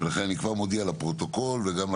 לכן, אני כבר מודיע, לפרוטוקול וגם לכם,